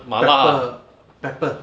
pepper pepper